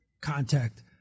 contact